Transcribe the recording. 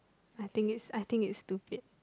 I think is I think is stupid